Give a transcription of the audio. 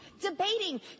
debating